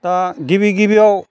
दा गिबि गिबियाव